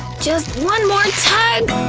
just one more tug!